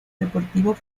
deportivo